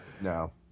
No